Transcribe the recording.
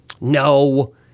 No